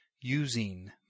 using